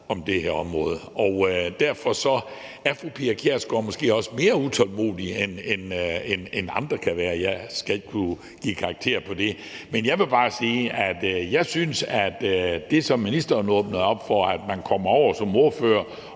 om det her område. Derfor er fru Pia Kjærsgaard måske også mere utålmodig, end andre kan være. Jeg skal ikke kunne give karakterer om det. Men jeg vil bare sige, at det, som ministeren åbnede op for, nemlig at man kommer over som ordfører